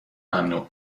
ممنوع